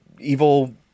evil